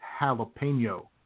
jalapeno